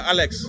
Alex